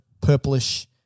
purplish